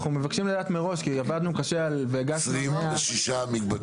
אנחנו מבקשים לדעת מראש כי עבדנו קשה והגשנו 180. 26 מקבצים.